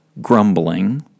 grumbling